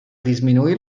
disminuir